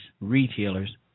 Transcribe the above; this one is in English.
retailers